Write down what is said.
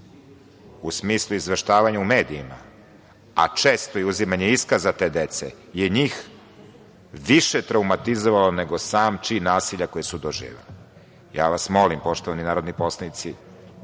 u smislu izveštavanja u medijima, a često i uzimanje iskaza te dece je njih više traumatizovalo nego sam čin nasilja koje su doživeli. Molim vas, poštovani narodni poslanici,